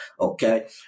okay